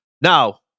now